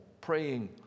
praying